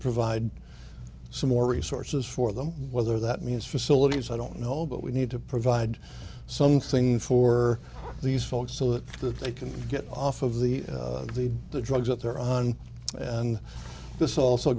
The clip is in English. provide some more resources for them whether that means facilities i don't know but we need to provide something for these folks so that that they can get off of the drugs that they're on and this also